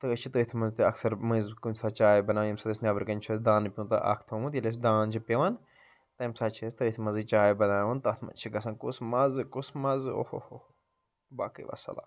تہٕ أسۍ چھِ تٔتھۍ منٛز تہِ اَکثر مٔنٛزۍ کُنہِ ساتہٕ چاے بَناوان ییٚمہِ ساتہٕ أسۍ نیٚبرٕ کٔنۍ چھُ اسہِ دانہٕ پیٛونٛتہ اَکھ تھوٚمُت ییٚلہ أسۍ دان چھِ پیٚوان تَمہِ ساتہٕ چھِ أسۍ تٔتھۍ منٛزٕے چاے بَناوان تَتھ منٛز چھُ گژھان کُس مَزٕ کُس مَزٕ اوٚہ اوٚہ باقٕے وَالسلم